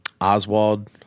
oswald